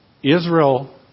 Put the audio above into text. Israel